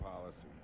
policy